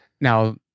Now